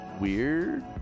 weird